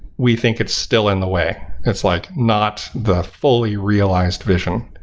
we think it's still in the way. it's like not the fully realized vision.